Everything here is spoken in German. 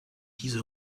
diese